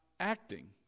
acting